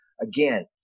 again